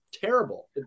terrible